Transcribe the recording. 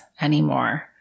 anymore